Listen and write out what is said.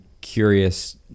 curious